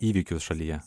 įvykius šalyje